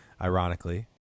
ironically